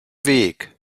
weg